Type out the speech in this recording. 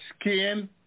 skin